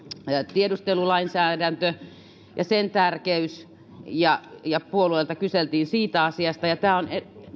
tiedustelulainsäädäntö ja sen tärkeys ja ja puolueilta kyseltiin siitä asiasta ja myös tämä on